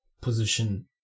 position